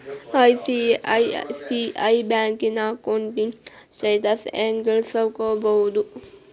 ICICI ಬ್ಯಂಕಿನ ಅಕೌಂಟಿನ್ status ಹೆಂಗ್ ತಿಳ್ಕೊಬೊದು?